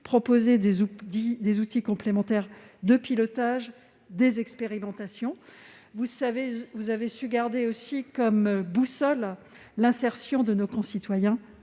proposer des outils complémentaires de pilotage et des expérimentations, tout en gardant comme boussole l'insertion de nos concitoyens